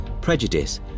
prejudice